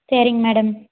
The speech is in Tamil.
சரிங் மேடம்